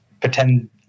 pretend